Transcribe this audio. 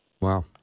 Wow